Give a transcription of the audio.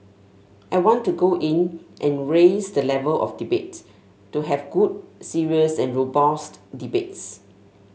I want to go in and raise the level of debate to have good serious and robust debates